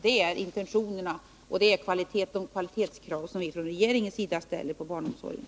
Det är regeringens intentioner, och det är de kvalitetskrav som vi från regeringens sida ställer på barnomsorgen.